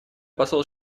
посол